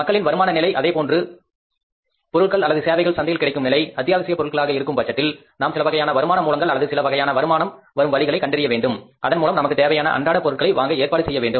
மக்களின் வருமான நிலை அதேபோன்று பொருட்கள் அல்லது சேவைகள் சந்தையில் கிடைக்கும் நிலை அத்தியாவசிய பொருளாக இருக்கும் பட்சத்தில் நாம் சிலவகையான வருமான மூலங்கள் அல்லது சில வகையான வருமானம் வரும் வழிகளை கண்டறிய வேண்டும் அதன் மூலம் நமக்கு தேவையான அன்றாட பொருட்களை வாங்க ஏற்பாடு செய்ய வேண்டும்